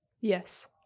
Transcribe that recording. Yes